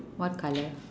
what colour